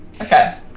Okay